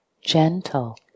gentle